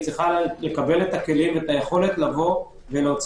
צריכה לקבל את הכלים והיכולת לבוא ולהוציא